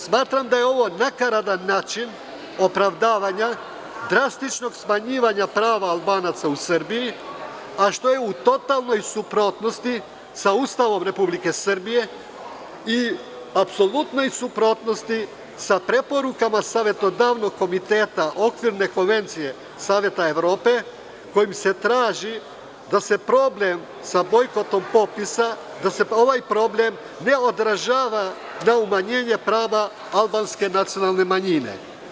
Smatram da je ovo nakaradan način opravdavanja drastičnog smanjivanja prava Albanaca u Srbiji, a što je u totalnoj suprotnosti sa Ustavom Republike Srbije i apsolutnoj suprotnosti sa preporukama savetodavnog komiteta Okvirne konvencije Saveta Evrope, kojim se traži da se problem sa bojkotom popisa, da se ovaj problem ne održava na umanjenje prava albanske nacionalne manjine.